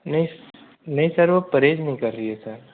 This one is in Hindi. नहीं नहीं सर वह परहेज नहीं कर रही है सर